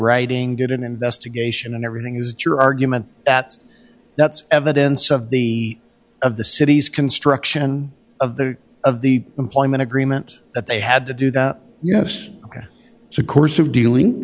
writing get an investigation and everything is that your argument that that's evidence of the of the city's construction of the of the employment agreement that they had to do that yes there was a course of d